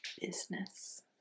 business